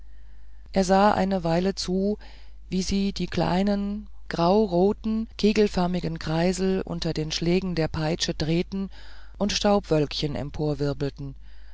er sah eine weile zu wie sie die kleinen grau roten kegelförmigen kreisel unter den schlägen der peitschen drehten und